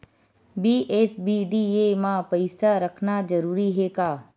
BSBDA मा पईसा रखना जरूरी हे का?